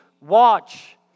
watch